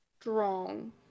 strong